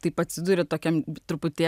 taip atsiduriu tokiam truputį